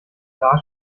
klar